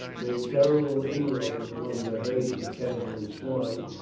made terrible inroads among the herds of cattle and swine,